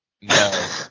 No